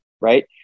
right